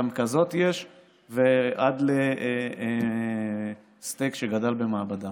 גם כזאת יש, ועד לסטייק שגדל במעבדה.